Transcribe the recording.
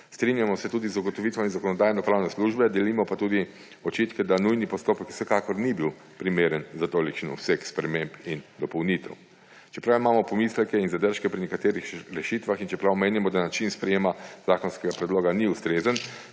Strinjamo se tudi z ugotovitvami Zakonodajno-pravne službe, delimo pa tudi očitke, da nujni postopek vsekakor ni bil primeren za tolikšen obseg sprememb in dopolnitev. Čeprav imamo pomisleke in zadržke pri nekaterih rešitvah in čeprav menimo, da način sprejema zakonskega predloga ni ustrezen,